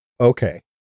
okay